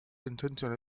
intenzione